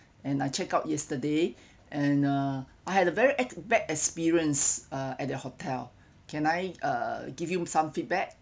and I check out yesterday and uh I had a very bad experience uh at the hotel can I uh give you some feedback